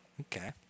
Okay